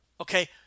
Okay